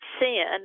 sin